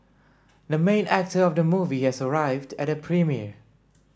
the main actor of the movie has arrived at the premiere